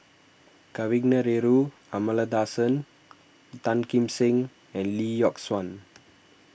Kavignareru Amallathasan Tan Kim Seng and Lee Yock Suan